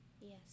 Yes